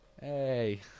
Hey